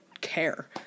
care